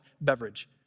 beverage